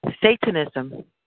Satanism